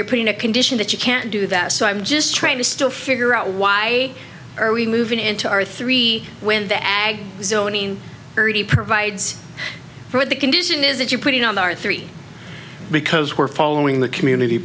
you're putting a condition that you can't do that so i'm just trying to still figure out why are we moving into our three when the ag zoning birdie provides for the condition is that you put it on our three because we're following the community